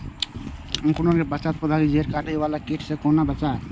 अंकुरण के पश्चात यदि पोधा के जैड़ काटे बाला कीट से कोना बचाया?